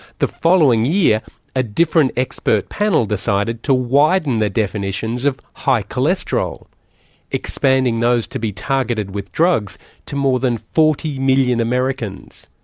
the following year a different expert panel decided to widen the definitions of high cholesterol expanding those to be targeted with drugs to more than forty million americans.